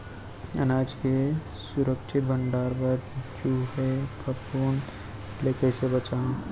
अनाज के सुरक्षित भण्डारण बर चूहे, फफूंद ले कैसे बचाहा?